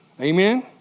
Amen